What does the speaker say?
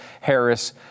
Harris